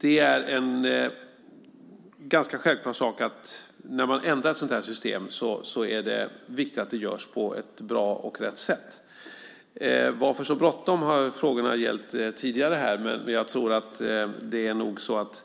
Det är en ganska självklar sak när man ändrar ett sådant system att det är viktigt att det görs på ett bra och rätt sätt. Varför har man så bråttom? Det har frågats tidigare här. Det är nog så att